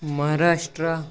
Maharashtra